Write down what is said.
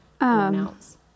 announce